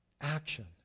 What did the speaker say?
action